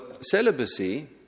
celibacy